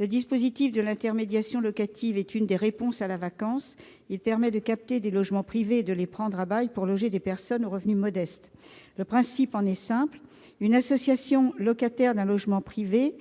Le dispositif de l'intermédiation locative constitue l'une des réponses au problème de la vacance : il permet de mobiliser des logements privés et de les prendre à bail pour loger des personnes aux revenus modestes. Le principe en est simple : une association est locataire d'un logement privé